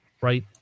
right